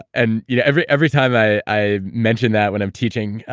and you know every every time i i mentioned that when i'm teaching,